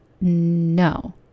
no